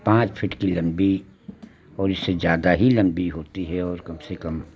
पांच फ़ीट की लंबी और इससे ज़्यादा ही लंबी होती है और कम से कम